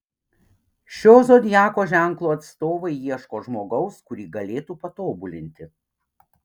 šio zodiako ženklo atstovai ieško žmogaus kurį galėtų patobulinti